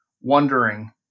Wondering